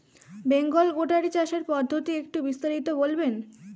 Bengal goatery চাষের পদ্ধতি একটু বিস্তারিত বলবেন?